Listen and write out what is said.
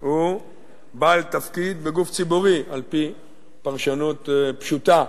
הוא בעל תפקיד בגוף ציבורי על-פי פרשנות פשוטה,